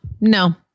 No